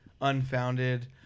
unfounded